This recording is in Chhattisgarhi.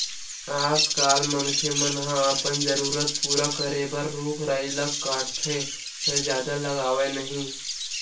आजकाल मनखे मन ह अपने जरूरत पूरा करे बर रूख राई ल काटथे फेर जादा लगावय नहि